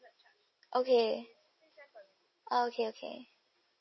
okay okay okay